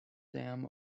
dam